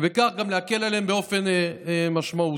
ובכך יקלו עליהם באופן משמעותי.